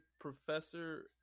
professor